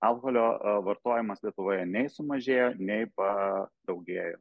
alkoholio a vartojimas lietuvoje nei sumažėjo nei pa daugėjo